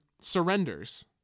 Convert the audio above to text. surrenders